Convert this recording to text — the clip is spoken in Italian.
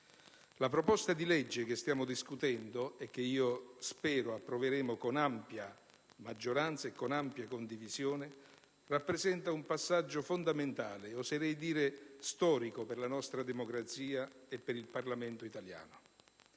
La proposta di legge che stiamo discutendo e che spero approveremo con ampia maggioranza e con ampia condivisione, rappresenta un passaggio fondamentale e oserei dire storico per la nostra democrazia e per il Parlamento italiano.